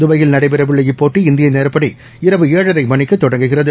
துபாயில் நடைபெறவுள்ள இப்போட்டி இந்திய நேரடிப்படி இரவு ஏழரை மணிக்கு தொடங்குகிறது